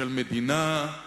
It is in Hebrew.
של מדינה.